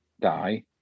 die